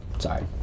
Sorry